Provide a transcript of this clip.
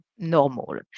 normal